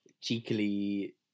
Cheekily